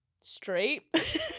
straight